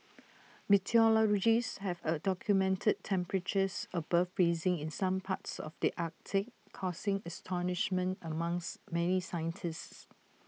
meteorologists have A documented temperatures above freezing in some parts of the Arctic causing astonishment among's many scientists